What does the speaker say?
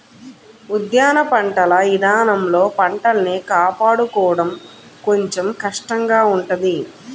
ఉద్యాన పంటల ఇదానంలో పంటల్ని కాపాడుకోడం కొంచెం కష్టంగా ఉంటది